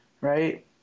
right